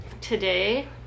today